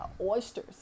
oysters